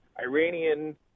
Iranian